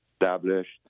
established—